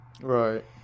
right